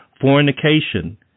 fornication